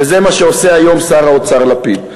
וזה מה שעושה היום שר האוצר לפיד.